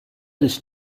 this